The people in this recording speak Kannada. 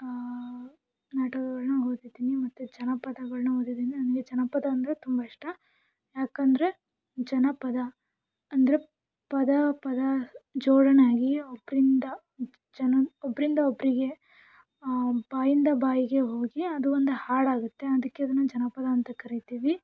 ನಾಟಕಗಳನ್ನ ಓದಿದ್ದೀನಿ ಮತ್ತು ಜನಪದಗಳನ್ನ ಓದಿದ್ದೀನಿ ನನಗೆ ಜನಪದ ಅಂದರೆ ತುಂಬ ಇಷ್ಟ ಯಾಕಂದರೆ ಜನಪದ ಅಂದರೆ ಪದ ಪದ ಜೋಡಣೆಯಾಗಿ ಒಬ್ಬರಿಂದ ಜನ ಒಬ್ಬರಿಂದ ಒಬ್ಬರಿಗೆ ಬಾಯಿಂದ ಬಾಯಿಗೆ ಹೋಗಿ ಅದು ಒಂದು ಹಾಡಾಗುತ್ತೆ ಅದಕ್ಕೆ ಅದನ್ನು ಜನಪದ ಅಂತ ಕರೀತೀವಿ